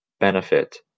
benefit